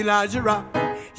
Elijah